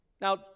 Now